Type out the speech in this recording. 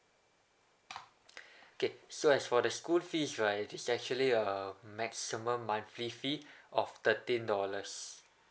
okay so as for the school fees right it's actually a maximum monthly fee of thirteen dollars